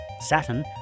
Saturn